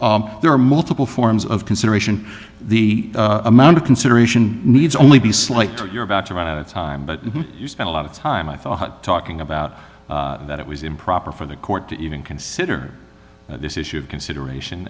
there are multiple forms of consideration the amount of consideration needs only be slight you're about to run out of time but you spent a lot of time i thought talking about that it was improper for the court to even consider this issue of consideration